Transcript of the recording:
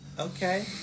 Okay